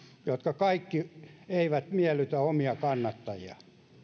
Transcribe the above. jotka kaikki eivät miellytä omia kannattajia